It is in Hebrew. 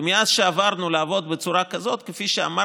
ומאז שעברנו לעבוד בצורה כזאת, כפי שאמרתי,